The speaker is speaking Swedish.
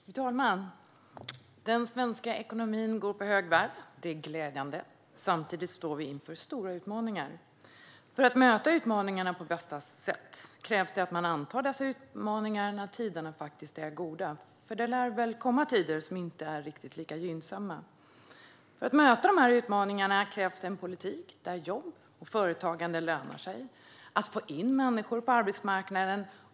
Fru talman! Den svenska ekonomin går på högvarv. Det är glädjande. Samtidigt står vi inför stora utmaningar. För att möta utmaningarna på bästa sätt krävs det att man antar dem när tiderna är goda, för det lär komma tider som inte är riktigt lika gynnsamma. För att möta utmaningarna krävs det en politik där jobb och företagande lönar sig och man får in människor på arbetsmarknaden.